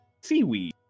seaweed